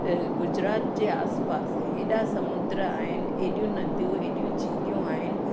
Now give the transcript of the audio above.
गुजरात जे आसपासि हेॾा समुंड आहिनि हेॾियूं नदियूं हेॾियूं झीलियूं आहिनि